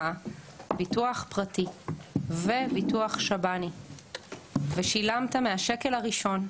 ביטוח פרטי וביטוח שב"ן ושילמת מהשקל הראשון,